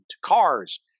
cars